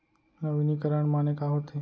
नवीनीकरण माने का होथे?